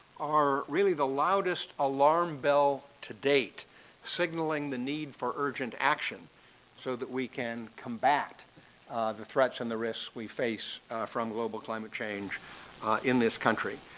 are really the loudest alarm bell to date signaling the need for urgent action so that we can combat the threats and the risk we face from global climate change in this country.